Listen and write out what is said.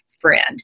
friend